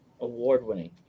award-winning